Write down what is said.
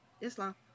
Islam